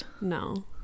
no